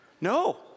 No